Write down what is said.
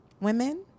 women